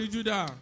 Judah